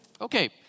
Okay